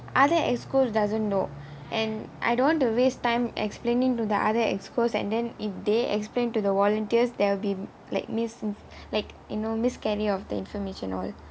other executive committees doesn't know and I don't want to waste time explaining to the other executive committees and then if they explain to the volunteers there will be like miss like you know miscarry of the information all